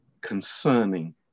concerning